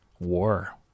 war